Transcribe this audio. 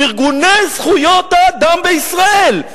"ארגוני זכויות האדם בישראל".